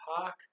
park